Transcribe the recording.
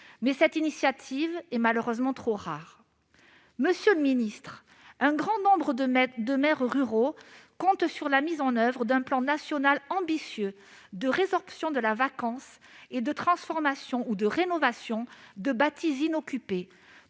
Mais une telle initiative est malheureusement trop rare. Monsieur le secrétaire d'État, un grand nombre de maires ruraux comptent sur la mise en oeuvre d'un plan national ambitieux de résorption de la vacance et de transformation ou de rénovation de bâtis inoccupés